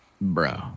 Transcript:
bro